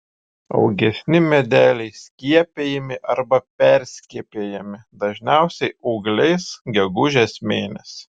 augesni medeliai skiepijami arba perskiepijami dažniausiai ūgliais gegužės mėnesį